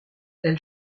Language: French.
elle